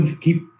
keep